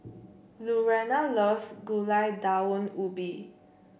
Lurena loves Gulai Daun Ubi